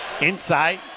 Inside